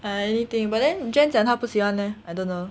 I anything but then jen 她不喜欢 leh I don't know